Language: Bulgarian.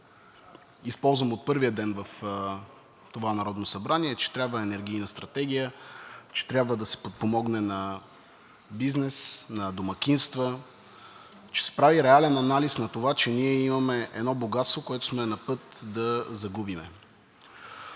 използвам от първия ден в това Народно събрание, че трябва енергийна стратегия, че трябва да се подпомогне бизнес, домакинства, че се прави реален анализ на това, че имаме едно богатство, което сме напът да загубим.